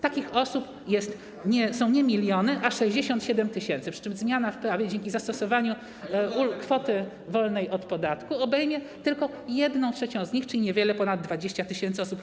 Takich osób są nie miliony, a 67 tys., przy czym zmiana w prawie, dzięki zastosowaniu kwoty wolnej od podatku, obejmie tylko 1/3 z nich, czyli niewiele ponad 20 tys. osób.